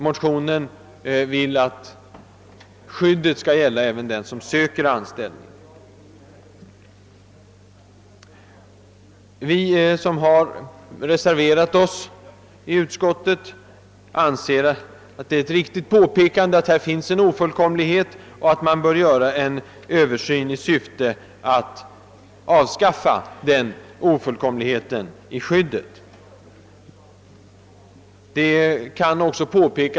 Motionärerna vill att skyddet skall gälla även den som söker anställning. Reservanterna anser att påpekandet att det härvidlag föreligger en ofullkomlighet är riktigt och att det bör göras en Översyn i syfte att avskaffa denna inskränkning i skyddet.